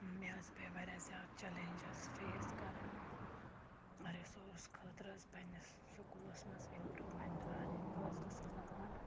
مےٚ حظ پے واریاہ زیادٕ چٮ۪لینٛج حظ فیس کَرٕنۍ رِسورٕس خٲطرٕ حظ پنٛنِس سکوٗلَس منٛز اِمپروٗمٮ۪نٛٹ اَنٕنۍ بہٕ حظ ٲسٕس دَپان